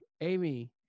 amy